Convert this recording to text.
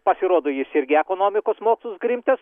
pasirodo jis irgi ekonomikos mokslus krimtęs